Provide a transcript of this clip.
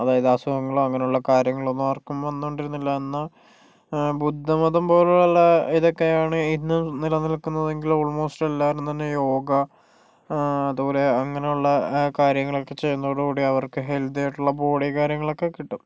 അതായത് അസുഖങ്ങളോ അങ്ങനെയുള്ള കാര്യങ്ങളൊന്നും ആർക്കും വന്നുകൊണ്ടിരുന്നില്ല അന്ന് ബുദ്ധമതം പോലുള്ള ഇതൊക്കെയാണ് ഇന്ന് നിലനിൽക്കുന്നതെങ്കിൽ ഓൾമോസ്റ്റ് എല്ലാവരും തന്നെ യോഗ അതുപോലെ അങ്ങനെയുള്ള കാര്യങ്ങളൊക്കെ ചെയ്യുന്നതോടുകൂടി അവർക്ക് ഹെൽത്തി ആയിട്ടുള്ള ബോഡിയും കാര്യങ്ങളൊക്കെ കിട്ടും